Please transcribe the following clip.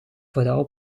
vooral